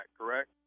correct